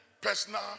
personal